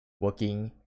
working